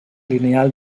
lineal